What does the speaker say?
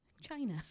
China